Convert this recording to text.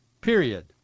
period